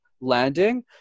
landing